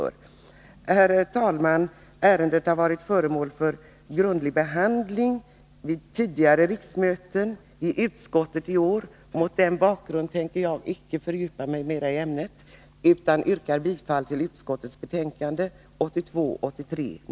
Herr talman! Ärendet har varit föremål för en grundlig behandling vid tidigare riksmöten och i utskottet i år. Mot den bakgrunden tänker jag inte fördjupa mig mer i ämnet utan yrkar bifall till utskottets hemställan.